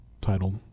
title